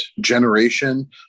generation